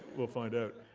we'll find out.